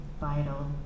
vital